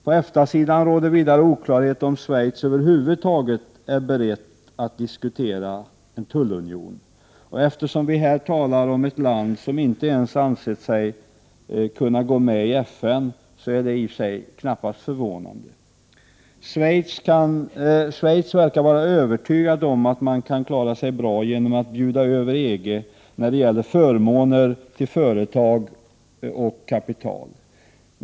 På EFTA-sidan råder det oklarheter om Schweiz över huvud taget är berett att diskutera en tullunion. Eftersom det är fråga om ett land som inte ens ansett sig kunna gå med i FN är det knappast förvånande. Schweiz verkar vara övertygat om att det kan klara sig bra genom att bjuda över EG när det gäller förmåner till företag och kapital.